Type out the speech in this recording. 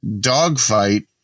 dogfight